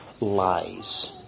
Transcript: lies